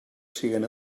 siguen